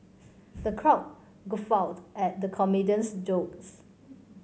the crowd guffawed at the comedian's jokes